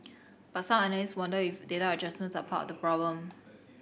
but some analysts wonder if data adjustments are part the problem